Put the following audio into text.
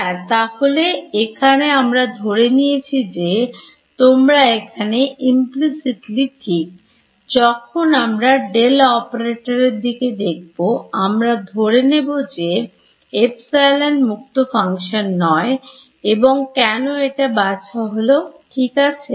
হ্যাঁ তাহলে এখানে আমরা ধরে নিয়েছি যে তোমরা এখানে Implicitly ঠিক যখন আমরা Del Operator এর দিকে দেখব আমরা ধরে নেব যে Epsilon মুক্ত Function নয় এবং কেন এটা বাছা হল ঠিক আছে